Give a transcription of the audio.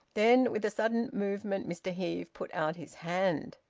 then with a sudden movement mr heve put out his hand.